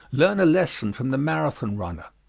learn a lesson from the marathon runner.